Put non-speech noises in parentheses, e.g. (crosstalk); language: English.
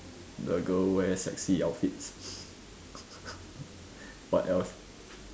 the girl wear sexy outfits (laughs) what else